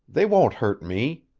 they won't hurt me.